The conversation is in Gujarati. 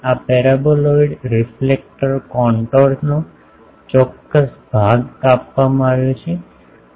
આ પેરાબોલોઈડલ રેફલેક્ટર કોન્ટોરનો ચોક્કસ ભાગ કાપવામાં આવ્યો છે